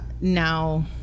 Now